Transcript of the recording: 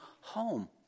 home